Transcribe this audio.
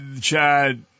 Chad